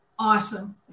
Awesome